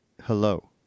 Hello